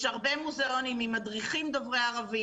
יש הרבה מוזיאונים עם מדריכים דוברי ערבית,